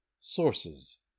Sources